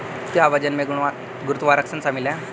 क्या वजन में गुरुत्वाकर्षण शामिल है?